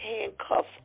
handcuffs